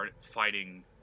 fighting